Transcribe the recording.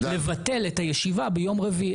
לבטל את הישיבה ביום רביעי,